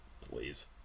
Please